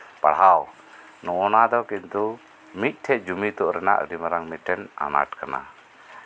ᱯᱟᱲᱦᱟᱣ ᱱᱚᱜᱼᱚ ᱱᱚᱣᱟ ᱫᱚ ᱠᱤᱱᱛᱩ ᱢᱤᱫᱴᱮᱱ ᱡᱩᱢᱤᱫᱚᱜ ᱨᱮᱱᱟᱜ ᱟᱹᱰᱤ ᱢᱟᱨᱟᱝ ᱟᱱᱟᱴ ᱠᱟᱱᱟ